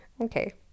Okay